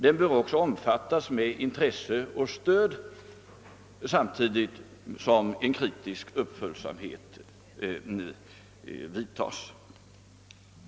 Den bör därför omfattas med intresse och ges stöd, samtidigt som framställd kritik följes upp.